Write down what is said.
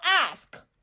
ask